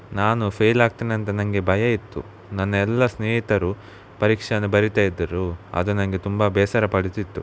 ನಾನು ಫೇಲ್ ಆಗ್ತೀನಂತ ನನಗೆ ಭಯ ಇತ್ತು ನನ್ನ ಎಲ್ಲ ಸ್ನೇಹಿತರು ಪರೀಕ್ಷೆನ್ನು ಬರೀತಾ ಇದ್ದರು ಅದು ನನಗೆ ತುಂಬ ಬೇಸರ ಪಡುತ್ತಿತ್ತು